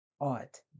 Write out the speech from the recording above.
art